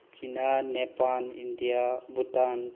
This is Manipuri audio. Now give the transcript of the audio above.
China Nepal India Bhutan